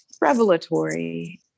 revelatory